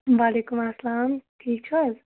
وعلیکُم اسلام ٹھیٖک چھِو حظ